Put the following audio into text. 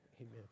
Amen